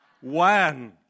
One